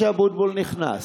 משה אבוטבול נכנס.